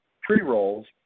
pre-rolls